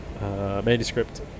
manuscript